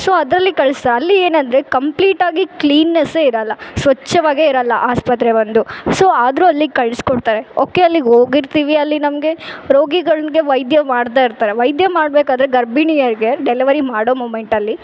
so ಅದರಲ್ಲಿ ಕಳಿಸಿ ಅಲ್ಲಿ ಏನಂದರೆ ಕಂಪ್ಲೀಟಾಗಿ ಕ್ಲಿನ್ನೆಸ್ಸೇಯಿರಲ್ಲ ಸ್ವಚ್ಛವಾಗಿರಲ್ಲ ಆಸ್ಪತ್ರೆ ಒಂದು ಸೋ ಆದರೂ ಅಲ್ಲಿ ಕಳ್ಸ್ಕೊಡ್ತಾರೆ ಓಕೆ ಅಲ್ಲಿಗೋಗಿರ್ತೀವಿ ಅಲ್ಲಿ ನಮಗೆ ರೋಗಿಗಳಿಗೆ ವೈದ್ಯ ವಾಡ್ದ ಇರ್ತಾರೆ ವೈದ್ಯ ಮಾಡ್ಬೇಕಾದರೆ ಗರ್ಭಿಣಿಯರಿಗೆ ಡೆಲವರಿ ಮಾಡೋ ಮೂವ್ಮೆಂಟಲ್ಲಿ